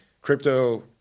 crypto